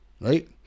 right